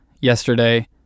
yesterday